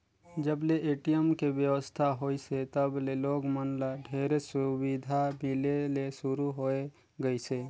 जब ले ए.टी.एम के बेवस्था होइसे तब ले लोग मन ल ढेरेच सुबिधा मिले ले सुरू होए गइसे